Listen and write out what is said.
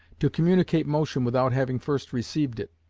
to communicate motion without having first received it,